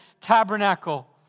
tabernacle